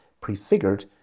prefigured